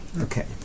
Okay